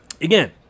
Again